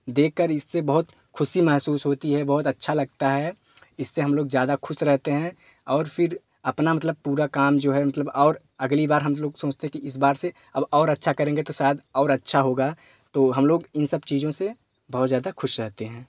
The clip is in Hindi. देखकर इससे बहुत ख़ुशी महसूस होती है बहुत अच्छा लगता है इससे हम लोग ज़्यादा ख़ुश रहते हैं और फ़िर अपना मतलब पूरा काम जो है मतलब और अगली बार हम लोग सोचते कि इस बार से अब और अच्छा करेंगे तो शायद और अच्छा होगा तो हम लोग इन सब चीज़ों से बहुत ज़्यादा ख़ुश रहते हैं